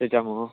त्याच्यामुळं